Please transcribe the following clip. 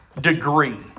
degree